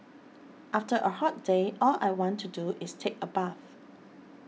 after a hot day all I want to do is take a bath